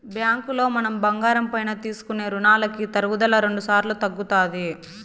బ్యాంకులో మనం బంగారం పైన తీసుకునే రునాలకి తరుగుదల రెండుసార్లు తగ్గుతాది